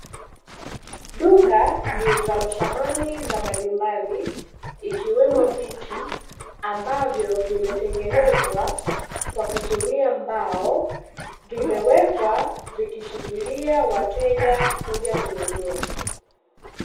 Duka liuzalo samani za majumbani ikiwemo viti, ambavyo vimetengenezwa kwa kutumia mbao vimewekwa vikisubiria wateja kuja kununua.